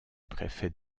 préfet